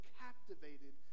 captivated